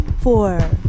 four